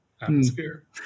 atmosphere